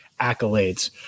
accolades